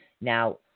Now